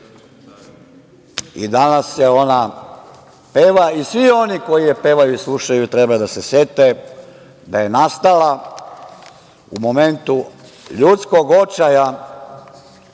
i danas se ona peva i svi oni koji je pevaju i slušaju treba da se sete da je nastala u momentu ljudskog očaja